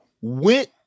went